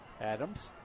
Adams